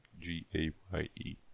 G-A-Y-E